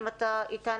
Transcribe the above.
אם אתה איתנו.